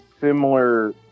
similar